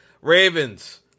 Ravens